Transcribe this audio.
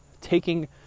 taking